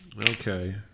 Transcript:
Okay